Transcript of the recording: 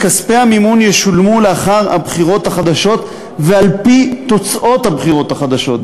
כספי המימון ישולמו לאחר הבחירות החדשות ועל-פי תוצאות הבחירות החדשות.